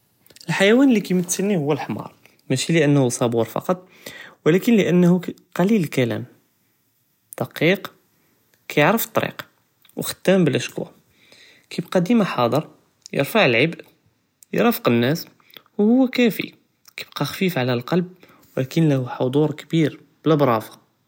אלח'يوان אללי קימת'לני הואא אלח'מר משי לאנא סבור פקעת ולקין לאנא קליל אלקלם, דקיק, קיערף אלטריק ו ח'דאם בלא שקווי, קיבקה דימה חד'ר, ירפע אלע'ב, ירפאק אלנאס ו הוא קאפי, קיבקה ח'פיף על אללבב ולקין ליה חודור כביר.